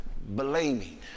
Blaming